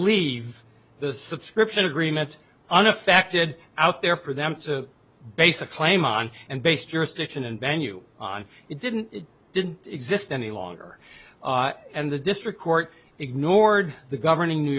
leave the subscription agreement uneffected out there for them to base a claim on and base jurisdiction and venue on it didn't it didn't exist any longer and the district court ignored the governing new